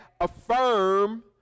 affirm